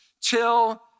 chill